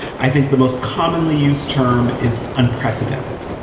i think the most commonly used term is unprecedented,